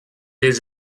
his